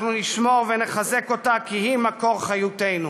אנחנו נשמור ונחזק אותה, כי היא מקור חיותנו.